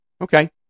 Okay